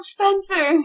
Spencer